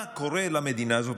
מה קורה למדינה הזאת?